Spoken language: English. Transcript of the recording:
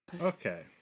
Okay